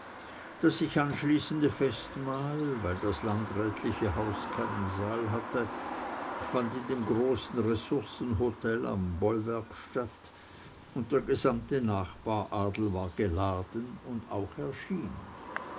das sich anschließende festmahl weil das landrätliche haus keinen saal hatte fand in dem großen ressourcen hotel am bollwerk statt und der gesamte nachbaradel war geladen und auch erschienen